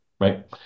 right